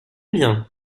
bien